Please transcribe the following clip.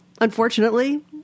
unfortunately